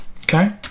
Okay